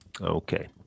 Okay